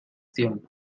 tiempo